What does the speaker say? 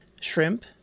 shrimp